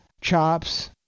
Chops